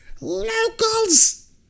locals